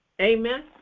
amen